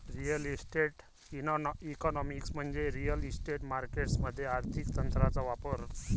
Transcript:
real estate economics म्हणजे real estate markets मध्ये आर्थिक तंत्रांचा वापर